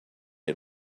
had